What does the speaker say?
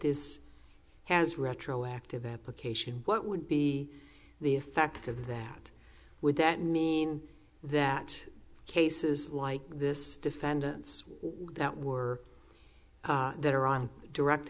this has retroactive application what would be the effect of that would that mean that cases like this defendants that were that are on direct